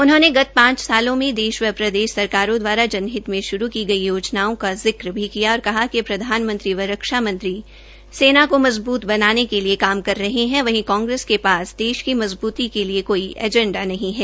उन्होंने गत पांच सालों में देश व प्रदेश सरकारों द्वारा जन हित में शुरू की गई योजनाओं का जिक भी किया और कहा कि प्रधानमंत्री व रक्षा मंत्री सेना को मजबूत बनाने के लिए काम कर रहे हैं वहीं कांग्रेस के पास देश की मजबूती के लिए कोई एजेंडा नहीं है